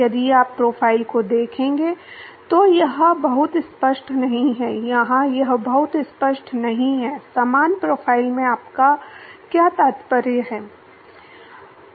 यदि आप प्रोफाइल को देखें तो यह बहुत स्पष्ट नहीं है यहाँ यह बहुत स्पष्ट नहीं है समान प्रोफ़ाइल से आपका क्या तात्पर्य है